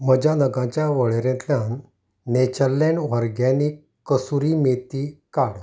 म्हज्या नगांच्या वळेरेंतल्यान नेचरलँड ऑर्गॅनीक कसुरी मेथी काड